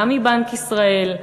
גם מבנק ישראל,